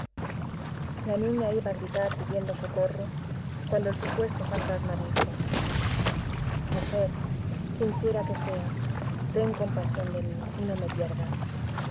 niña iba a gritar pidiendo socorro cuando el supuesto fantasma dijo mujer quien quiera que seas ten compasión de mí y no me pierdas